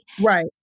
Right